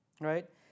right